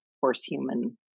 horse-human